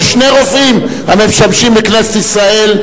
לשני רופאים המשמשים בכנסת ישראל,